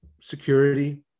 security